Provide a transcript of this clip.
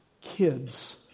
kids